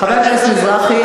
חבר הכנסת מזרחי,